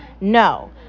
No